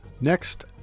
next